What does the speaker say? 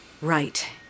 Right